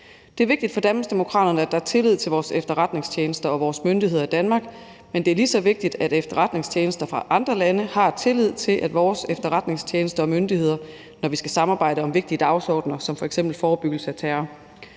Det er vigtigt for Danmarksdemokraterne, at der er tillid til vores efterretningstjenester og vores myndigheder i Danmark, men det er lige så vigtigt, at efterretningstjenester fra andre lande har tillid til vores efterretningstjenester og myndigheder, når vi skal samarbejde om vigtige dagsordener som f.eks. forebyggelse af terror.